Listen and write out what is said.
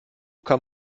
kann